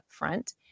upfront